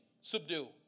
subdue